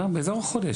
באזור החודש.